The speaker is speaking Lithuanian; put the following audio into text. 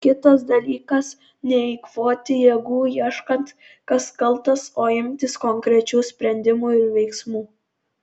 kitas dalykas neeikvoti jėgų ieškant kas kaltas o imtis konkrečių sprendimų ir veiksmų